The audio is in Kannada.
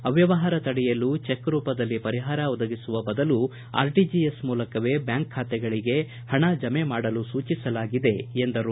ಅವ್ವವಹಾರ ತಡೆಯಲು ಚೆಕ್ ರೂಪದಲ್ಲಿ ಪರಿಹಾರ ಒದಗಿಸುವ ಬದಲು ಆರ್ಟಿಜಿಎಸ್ ಮೂಲಕವೇ ಬ್ಯಾಂಕ್ ಖಾತೆಗಳಿಗೆ ಹಣ ಜಮೆ ಮಾಡಲು ಸೂಚಿಸಲಾಗಿದೆ ಎಂದರು